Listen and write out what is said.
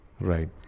Right